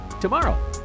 tomorrow